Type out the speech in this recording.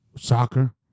soccer